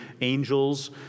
angels